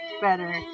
better